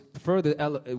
further